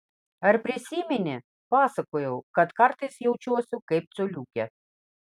ar prisimeni pasakojau kad kartais jaučiuosi kaip coliukė